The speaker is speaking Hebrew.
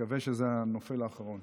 נקווה שזה הנופל האחרון.